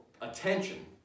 attention